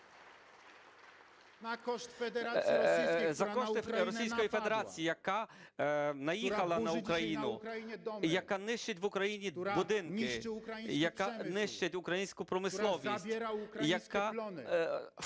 За кошти Російської Федерації, яка наїхала на Україну, яка нищить в Україні будинки, яка нищить українську промисловість, яка